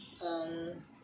um